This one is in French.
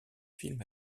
films